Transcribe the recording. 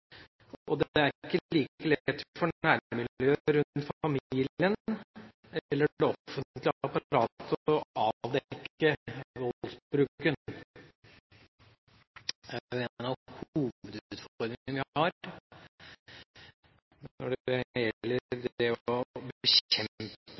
og det er ikke like lett for nærmiljøet rundt familien eller det offentlige apparatet å avdekke voldsbruken. Det er jo en av hovedutfordringene vi har når det